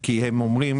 כי הם אומרים